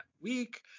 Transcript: week